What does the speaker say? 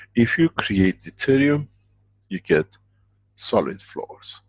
if you create deuterium you get solid floors.